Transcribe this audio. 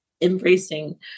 embracing